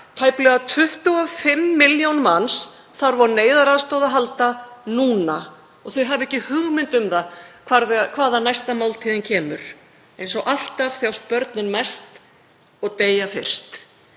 tæplega 25 milljónir manna, þarf á neyðaraðstoð að halda núna og hefur ekki hugmynd um hvaðan næsta máltíð kemur. Eins og alltaf þjást börnin mest og deyja fyrst.